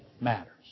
matters